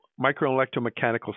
microelectromechanical